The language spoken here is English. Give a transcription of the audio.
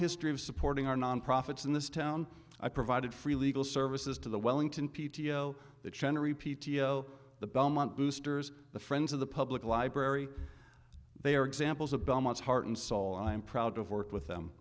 history of supporting our non profits in this town i provided free legal services to the wellington p t o that chen repeats the belmont boosters the friends of the public library they are examples of belmont's heart and soul i am proud of work with them